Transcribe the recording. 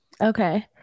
Okay